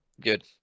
Good